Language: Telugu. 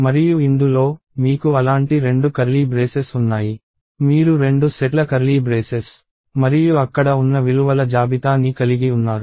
మరియు ఇందులో మీకు అలాంటి రెండు కర్లీ బ్రేసెస్ ఉన్నాయి మీరు రెండు సెట్ల కర్లీ బ్రేసెస్ మరియు అక్కడ ఉన్న విలువల జాబితా ని కలిగి ఉన్నారు